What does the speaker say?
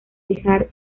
dejar